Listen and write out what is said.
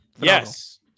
Yes